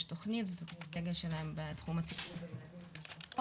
זו תכנית דגל שלהם בתחום הטיפול בילדים ובמשפחות.